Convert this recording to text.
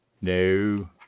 No